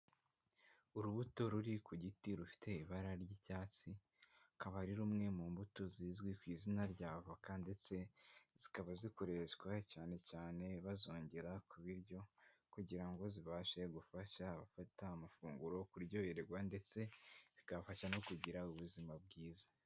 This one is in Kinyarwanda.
Urubuto ruri ku giti rufite ibara ry'icyatsi, akaba ari rumwe mu mbuto zizwi ku izina rya avoka ndetse zikaba zikoreshwa cyane cyane bazongera kubiryo kugirango ngo zibashe gufasha abafata amafunguro kuryoherwa, ndetse bigafasha no kugira ubuzima bwiza.